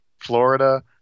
Florida